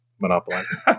monopolizing